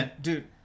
Dude